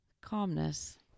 calmness